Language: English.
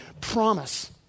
promise